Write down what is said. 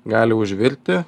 gali užvirti